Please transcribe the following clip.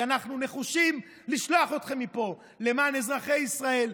כי אנחנו נחושים לשלוח אתכם מפה למען אזרחי ישראל,